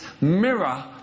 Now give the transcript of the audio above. mirror